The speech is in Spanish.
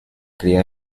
cría